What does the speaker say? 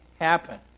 happen